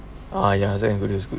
ah ya except angoli street